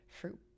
fruit